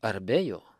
ar be jo